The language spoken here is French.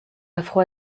afro